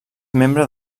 membre